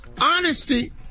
honesty